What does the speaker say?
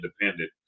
independent